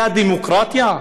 זה הדמוקרטיה?